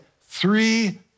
Three